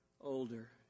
older